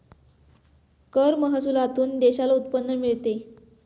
कर महसुलातून देशाला उत्पन्न मिळते